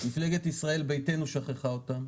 מפלגת ישראל ביתנו שכחה אותה.